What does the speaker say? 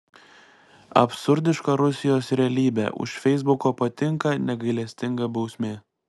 absurdiška rusijos realybė už feisbuko patinka negailestinga bausmė